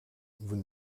vous